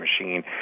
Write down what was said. machine